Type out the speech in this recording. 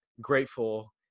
grateful